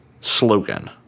slogan